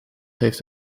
heeft